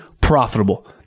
profitable